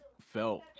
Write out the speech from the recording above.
felt